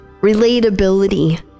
relatability